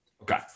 Okay